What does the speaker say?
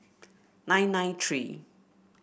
nine nine three